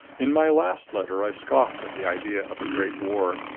in my last letter i scoffed at the idea of a great war.